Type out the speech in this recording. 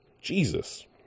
Jesus